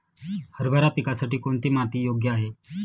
हरभरा पिकासाठी कोणती माती योग्य आहे?